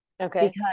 okay